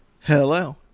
Hello